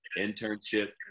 internship